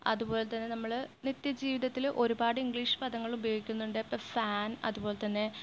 അതുപോലെ തന്നെ നമ്മൾ നിത്യ ജീവിതത്തിൽ ഒരുപാട് ഇംഗ്ലീഷ് പദങ്ങള് ഉപയോഗിക്കുന്നുണ്ട് ഇപ്പോൾ ഫാന് അതുപോലെ തന്നെ